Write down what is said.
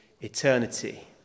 eternity